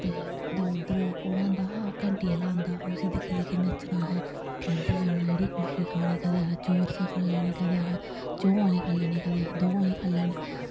ते कुदै उद्धर ओह् कु'न औंदा हा ओह् घैंटी आह्ला औंदा हा उस्सी दिक्खी दिक्खी नच्चना असें भला उद्धर जाना एह्ड़ी कुल्फी खानी कदें असें चोरस खाई लैनी कदें असें चं'ऊ आह्ली खाई लैनी कदें असें दं'ऊ आह्ली खाई लेई